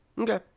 Okay